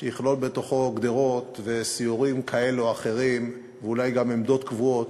שיכלול גדרות וסיורים כאלה או אחרים ואולי גם עמדות קבועות,